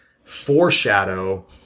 foreshadow